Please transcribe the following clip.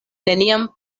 neniam